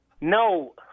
No